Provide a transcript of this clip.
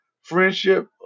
friendship